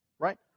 Right